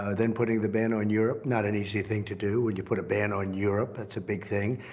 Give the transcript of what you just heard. ah then putting the ban on europe not an easy thing to do. when you put a ban on europe, that's a big thing.